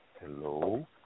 Hello